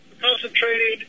concentrating